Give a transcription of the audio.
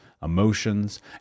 emotions